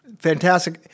Fantastic